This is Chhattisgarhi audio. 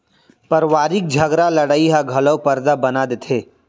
परवारिक झगरा लड़ई ह घलौ परदा बना देथे